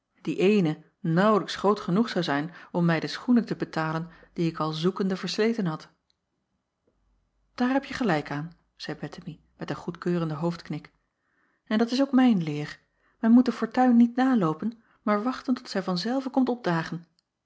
die eene naauwlijks groot genoeg zou zijn om mij de schoenen te betalen die ik al zoekende versleten had aar hebje gelijk aan zeî ettemie met een goedkeurenden hoofdknik en dat is ook mijn leer men moet de fortuin niet naloopen maar wachten tot zij van zelve komt opdagen